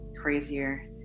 crazier